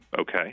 Okay